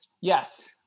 Yes